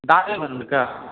दाढ़ी बनबैके